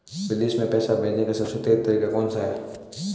विदेश में पैसा भेजने का सबसे तेज़ तरीका कौनसा है?